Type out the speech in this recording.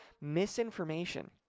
misinformation